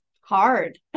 hard